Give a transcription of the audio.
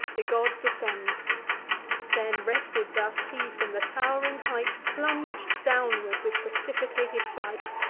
the god descends then, rested thus, he from the tow'ring height plung'd downward, with precipitated flight,